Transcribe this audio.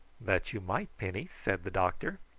that you might, penny, said the doctor.